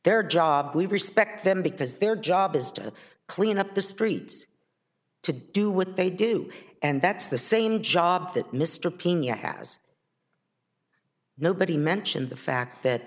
their job we respect them because their job is to clean up the streets to do what they do and that's the same job that mr pea has nobody mentioned the fact that